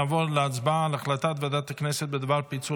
נעבור להצבעה על החלטת ועדת הכנסת בדבר פיצול